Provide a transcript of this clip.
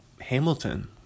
Hamilton